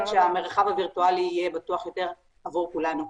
שהמרחב הווירטואלי יהיה בטוח יותר עבור כולנו.